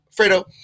Fredo